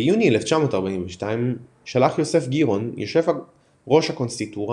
ביוני 1942 שלח יוסף גירון יושב ראש הקונסיסטוריה